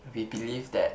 we believe that